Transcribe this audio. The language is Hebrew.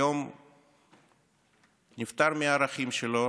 נפטר היום מהערכים שלו